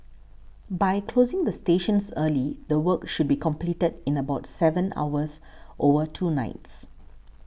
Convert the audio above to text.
by closing the stations early the work should be completed in about seven hours over two nights